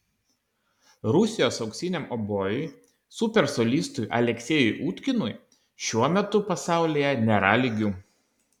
rusijos auksiniam obojui super solistui aleksejui utkinui šiuo metu pasaulyje nėra lygių